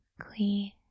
clean